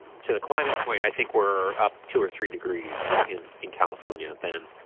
to the climate point i think we're up two or three degrees in in california then